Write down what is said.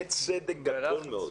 בצדק גדול מאוד,